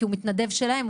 כי הוא מתנדב שלהם,